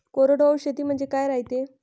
कोरडवाहू शेती म्हनजे का रायते?